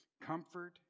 comfort